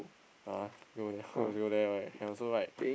uh go there can also ride